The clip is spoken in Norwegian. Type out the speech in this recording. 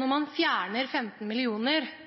Når man fjerner 15